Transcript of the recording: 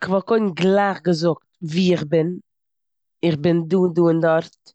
כ'וואלט קודם גלייך געזאגט וואו איך בין, איך בין דא, דא און דארט,